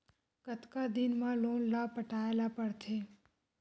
कतका दिन मा लोन ला पटाय ला पढ़ते?